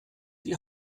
die